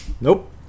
Nope